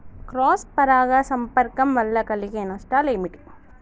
Cross పరాగ సంపర్కం వల్ల కలిగే నష్టాలు ఏమిటి?